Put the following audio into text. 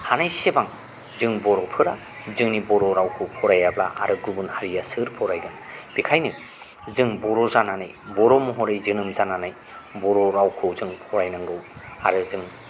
हानायसेबां जों बर'फोरा जोंनि बर' रावखौ फरायाब्ला आरो गुबुन हारिया सोर फरायगोन बेनिखायनो जों बर' जानानै बर' महरै जोनोम जानानै बर' रावखौ जों फरायनांगौ आरो जों